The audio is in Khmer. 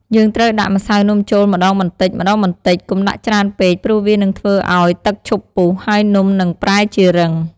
យើងត្រូវដាក់ម្សៅនំចូលម្តងបន្តិចៗ កុំដាក់ច្រើនពេកព្រោះវានឹងធ្វើឲ្យទឹកឈប់ពុះ ហើយនំនឹងប្រែជារឹង។